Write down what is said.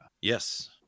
yes